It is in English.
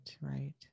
right